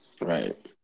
right